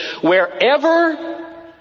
Wherever